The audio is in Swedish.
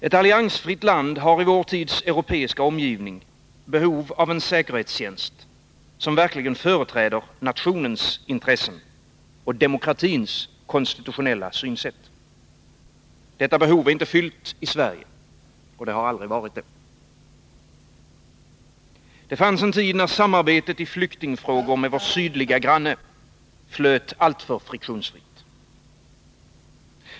Ett alliansfritt land har i vår tids europeiska omgivning behov av en säkerhetstjänst som verkligen företräder nationens intressen och demokratins konstitutionella synsätt. Detta behov är inte fyllt i Sverige — och det har aldrig varit det. Det fanns en tid när samarbetet i flyktingfrågor med vår sydliga granne flöt alltför friktionsfritt.